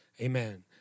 Amen